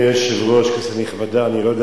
אדוני היושב-ראש, כנסת נכבדה, אני לא יודע